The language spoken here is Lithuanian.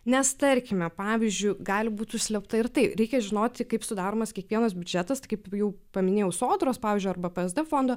nes tarkime pavyzdžiui gali būti užslėpta ir tai reikia žinoti kaip sudaromas kiekvienas biudžetas tai kaip jau paminėjau sodros pavyzdžiui arba psd fondo